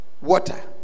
water